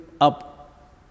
up